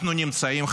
אנחנו נמצאים,